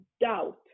doubt